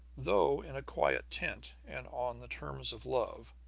though in a quiet tent, and on the terms of love,